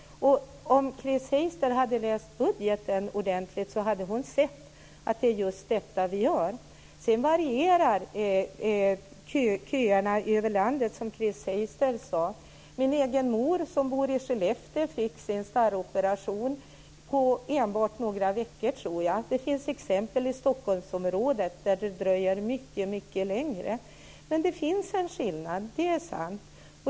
Om Chris Heister hade läst budgeten ordentlig hade hon sett att det är just detta vi gör. Sedan varierar köerna över landet, som Chris Heister sade. Min egen mor, som bor i Skellefteå, fick sin starroperation på enbart några veckor, tror jag. Det finns exempel i Stockholmsområdet där det dröjer mycket längre. Men det finns en skillnad, det är sant.